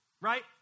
right